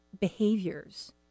behaviors